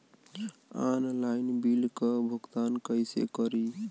Online bill क भुगतान कईसे करी?